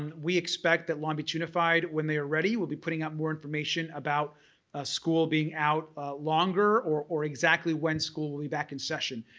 and we expect that long beach unified, when they are ready, will be putting out more information about school being out longer or or exactly when school will be back in session.